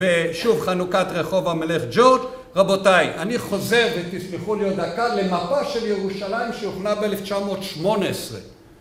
ושוב חנוכת רחוב המלך ג'ורג. רבותיי, אני חוזר, ותסלחו לי עוד דקה, למפה של ירושלים שהוכנה ב-1918.